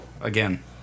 again